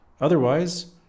Otherwise